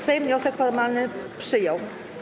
Sejm wniosek formalny przyjął.